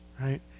right